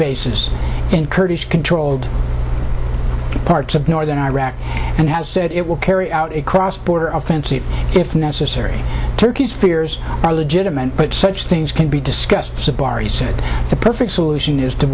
bases in kurdish controlled parts of northern iraq and has said it will carry out a cross border offensive if necessary turkey's fears are legitimate but such things can be discussed safaris said the perfect solution is to